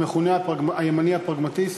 המכונה "הימני הפרגמטיסט",